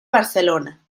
barcelona